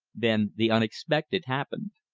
then the unexpected happened.